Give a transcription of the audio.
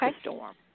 storm